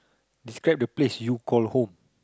describe the place you call home